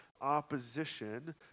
opposition